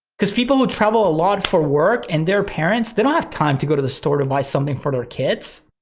cause people who travel a lot for work and their parents, they don't have time to go to the store to buy something for their kids,